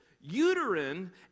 Uterine